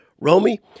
Romy